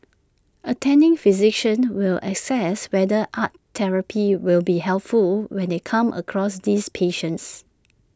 attending physicians will assess whether art therapy will be helpful when they come across these patients